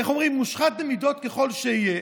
איך אומרים, מושחת במידות ככל שיהיה,